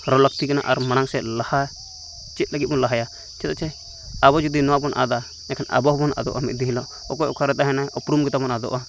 ᱨᱚᱲ ᱞᱟᱠᱛᱤ ᱠᱟᱱᱟ ᱟᱨ ᱢᱟᱲᱟᱝ ᱥᱮᱫ ᱞᱟᱦᱟ ᱪᱮᱫ ᱞᱟᱹᱜᱤᱫ ᱵᱚᱱ ᱞᱟᱦᱟᱭᱟ ᱪᱮᱫᱟᱜ ᱥᱮ ᱟᱵᱚ ᱡᱩᱫᱤ ᱱᱚᱣᱟ ᱵᱚᱱ ᱟᱫᱟ ᱮᱱᱠᱷᱟᱱ ᱟᱵᱚ ᱦᱚᱸᱵᱚᱱ ᱟᱫᱚᱜᱼᱟ ᱢᱤᱫ ᱫᱤᱱ ᱦᱤᱞᱚᱜ ᱚᱠᱚᱭ ᱚᱠᱟᱨᱮᱭ ᱛᱟᱸᱦᱮᱱᱟ ᱩᱯᱨᱩᱢ ᱜᱮᱛᱟ ᱵᱚᱱ ᱟᱫᱚᱜᱼᱟ